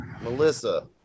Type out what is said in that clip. Melissa